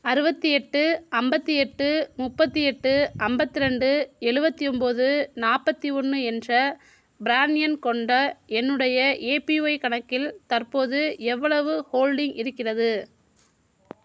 அறுபத்தி எட்டு ஐம்பத்தி எட்டு முப்பத்து எட்டு ஐம்பத்ரெண்டு எழுபத்தி ஒம்பது நாற்பத்தி ஒன்று என்ற ப்ரான் எண் கொண்ட என்னுடைய ஏபிஒய் கணக்கில் தற்போது எவ்வளவு ஹோல்டிங் இருக்கிறது